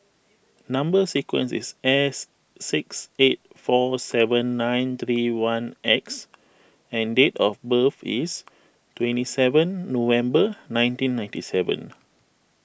Number Sequence is S six eight four seven nine three one X and date of birth is twenty seven November nineteen ninety seven